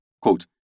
Quote